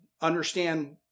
understand